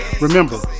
Remember